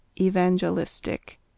Evangelistic